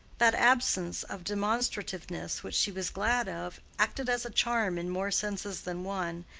that absence of demonstrativeness which she was glad of, acted as a charm in more senses than one,